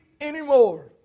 anymore